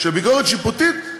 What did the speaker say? לביקורת שיפוטית,